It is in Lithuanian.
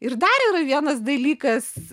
ir dar yra vienas dalykas